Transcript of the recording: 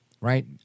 right